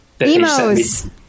Emos